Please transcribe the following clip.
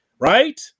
Right